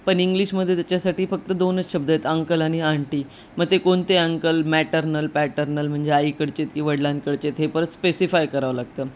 पण इंग्लिशमध्ये त्याच्यासाठी फक्त दोनच शब्द आहेत अंकल आणि आंटी मग ते कोणते अंकल मॅटर्नल पॅटर्नल म्हणजे आईकडचे आहेत की वडिलांकडचे आहेत हे परत स्पेसिफाय करावं लागतं